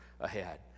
ahead